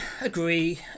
agree